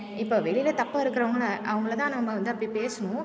இப்போ வெளியில் தப்பாக இருக்கிறவுங்கள அவங்கள தான் நம்ம வந்து அப்படி பேசணும்